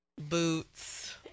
Boots